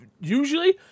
Usually